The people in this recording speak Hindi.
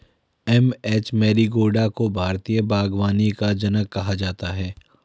एम.एच मैरिगोडा को भारतीय बागवानी का जनक कहा जाता है